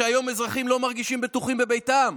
כשהיום אזרחים לא מרגישים בטוחים בביתם.